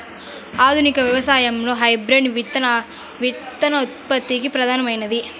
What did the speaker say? ఆధునిక వ్యవసాయంలో హైబ్రిడ్ విత్తనోత్పత్తి ప్రధానమైనది